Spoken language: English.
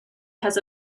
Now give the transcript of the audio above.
has